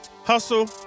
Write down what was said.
hustle